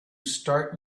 start